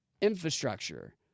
infrastructure